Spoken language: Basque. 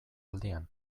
aldian